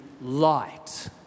light